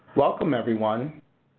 welcome, everyone.